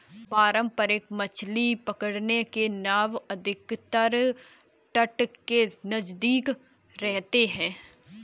पारंपरिक मछली पकड़ने की नाव अधिकतर तट के नजदीक रहते हैं